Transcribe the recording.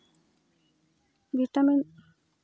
vitamin